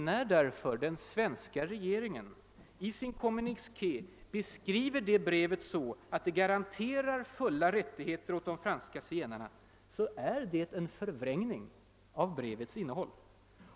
När svenska regeringen i sin kommuniké säger att brevet garanterar fulla rättigheter åt de franska zigenarna, så är det alltså en förvrängning av brevets innehåll.